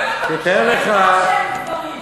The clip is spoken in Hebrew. באמת אני שואל: מה,